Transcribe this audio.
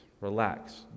Relax